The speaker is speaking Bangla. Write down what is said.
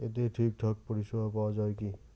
এতে ঠিকঠাক পরিষেবা পাওয়া য়ায় কি?